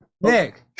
Nick